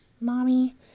Mommy